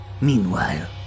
Meanwhile